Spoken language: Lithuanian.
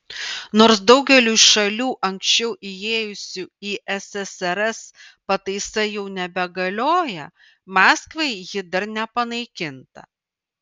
nors daugeliui šalių anksčiau įėjusių į ssrs pataisa jau nebegalioja maskvai ji dar nepanaikinta